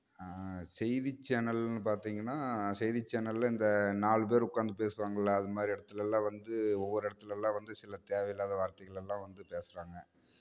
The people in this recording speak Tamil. செய்தி சேனல்ன்னு பார்த்திங்கன்னா செய்தி சேனலில் இந்த நாலு பேர் உட்காந்து பேசுவாங்கல்ல அதுமாதிரி இடத்துலலாம் வந்து ஒவ்வொரு இடத்துலலாம் வந்து சில தேவை இல்லாத வார்தைகள்லெல்லாம் வந்து பேசுறாங்க